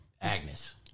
Agnes